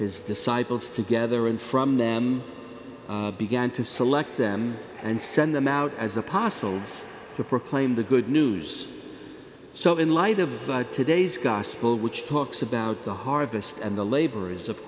his disciples together and from them began to select them and send them out as apostles to proclaim the good news so in light of today's gospel which talks about the harvest and the labor is of